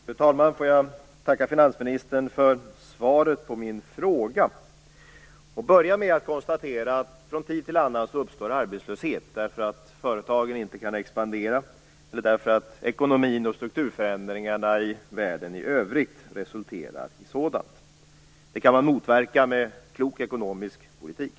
Fru talman! Jag får tacka finansministern för svaret på min interpellation. Jag börjar med att konstatera att det från tid till annan uppstår arbetslöshet, därför att företagen inte kan expandera eller därför att ekonomin och strukturförändringarna i världen i övrigt resulterar i sådan. Detta kan motverkas av klok ekonomisk politik.